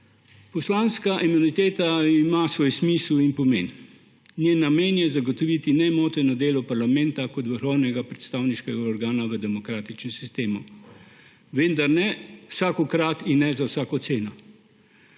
Poslanska imuniteta ima svoj smisel in pomen. Njen namen je zagotoviti nemoteno delo parlamenta kot vrhovnega predstavniškega organa v demokratičnem sistemu, vendar ne vsakokrat in ne za vsako ceno.